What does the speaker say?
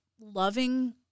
loving